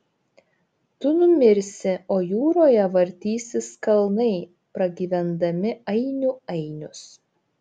tu numirsi o jūroje vartysis kalnai pragyvendami ainių ainius